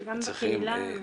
גם בקהילה.